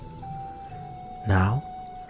Now